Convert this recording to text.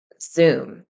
Zoom